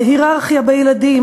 ההייררכיה בילדים,